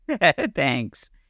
Thanks